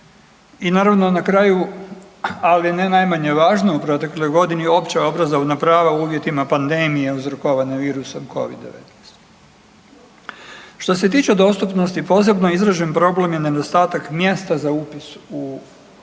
i naravno na kraju, ali ne najmanje važno opća obrazovna prava u uvjetima pandemije uzrokovane virusom Covid-19. Što se tiče dostupnosti posebno izražen problem je nedostatak mjesta za upis u neki